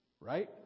Right